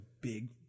big